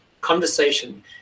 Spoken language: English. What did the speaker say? conversation